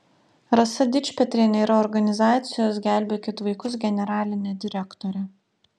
rasa dičpetrienė yra organizacijos gelbėkit vaikus generalinė direktorė